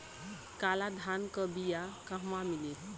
काला धान क बिया कहवा मिली?